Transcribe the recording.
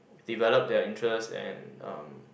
develop their interest and uh